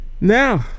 Now